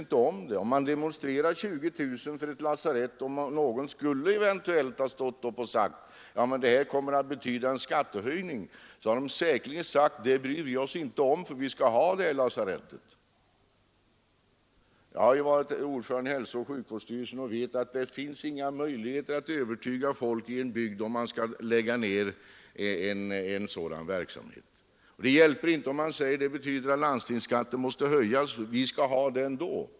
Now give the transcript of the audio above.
Om 20 000 personer demonstrerar för att få ett lasarett och någon eventuellt skulle säga att det kommer att betyda en skattehöjning skulle säkerligen dessa människor säga: Det bryr vi oss inte om, för vi ska ha lasarettet. Jag har varit ordförande i hälsooch sjukvårdsstyrelser, och jag vet att det inte finns möjlighet att övertyga människorna i en bygd om nödvändigheten av att lägga ned en verksamhet av det här slaget. Det hjälper inte om man säger att ett bibehållande av lasarettet betyder att landstingsskatten måste höjas. Människorna säger: Vi skall ha det ändå.